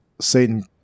Satan